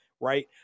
Right